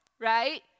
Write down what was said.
right